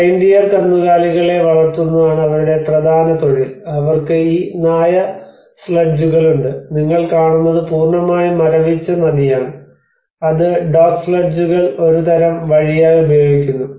reindeer കന്നുകാലികളെ വളർത്തുന്നതാണ് അവരുടെ പ്രധാന തൊഴിൽ അവർക്ക് ഈ നായ സ്ലെഡ്ജുകളുണ്ട് നിങ്ങൾ കാണുന്നത് പൂർണ്ണമായും മരവിച്ച നദിയാണ് അത് ഡോഗ് സ്ലെഡ്ജുകൾ ഒരു തരം വഴിയായി ഉപയോഗിക്കുന്നു